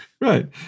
Right